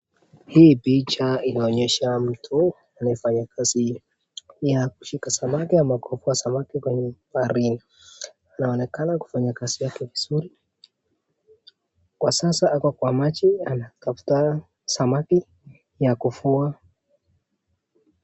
Hii picha inaonyesha mtu anayefanya kazi ya kushika samaki ama kuvua samaki kwenye baharini. Anaonekana kufanya kazi yake vizuri . Kwa sasa ako kwa maji anatafuta samaki ya kuvua.